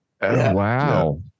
Wow